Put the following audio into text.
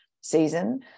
season